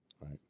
Right